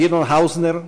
גדעון האוזנר,